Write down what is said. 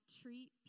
treat